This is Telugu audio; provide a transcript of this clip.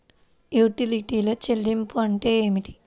యుటిలిటీల చెల్లింపు అంటే ఏమిటి?